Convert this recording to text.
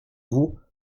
vous